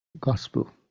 gospel